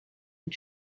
and